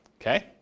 Okay